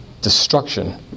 destruction